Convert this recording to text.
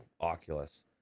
Oculus